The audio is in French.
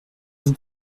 vous